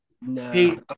no